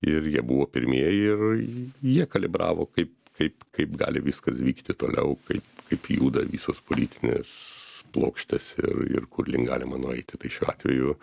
ir jie buvo pirmieji ir jie kalibravo kaip kaip kaip gali viskas vykti toliau kaip kaip juda visos politinės plokštės ir ir kur link galima nueiti tai šiuo atveju